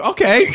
Okay